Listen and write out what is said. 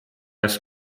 eest